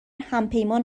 همپیمان